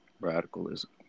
radicalism